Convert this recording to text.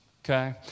Okay